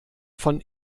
von